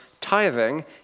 tithing